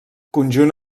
conjunt